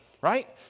right